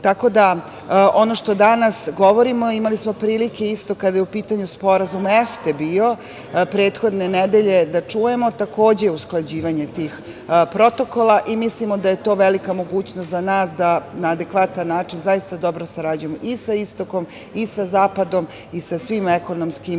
da, ono što danas govorimo imali smo prilike isto i kada je u pitanju bio sporazum EFTA prethodne nedelje da čujemo, takođe usklađivanje tih protokola i mislimo da je to velika mogućnost za nas da na adekvatan način zaista dobro sarađujemo i sa istokom i sa zapadom, sa svim ekonomskim